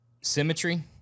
symmetry